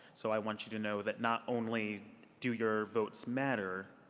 so i want you to know that not only do your votes matter,